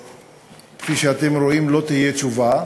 וכפי שאתם רואים לא תהיה תשובה.